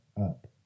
up